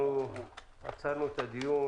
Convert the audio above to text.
עצרנו את הדיון